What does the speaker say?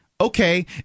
Okay